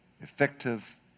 effective